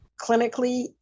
Clinically